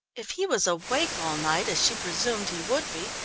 if he was awake all night as she presumed he would be,